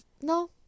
no